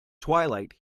twilight